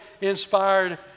inspired